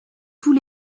tout